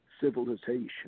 civilization